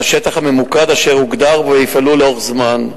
לשטח הממוקד אשר הוגדר, ויפעלו לאורך זמן.